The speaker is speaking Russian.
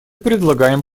предлагаем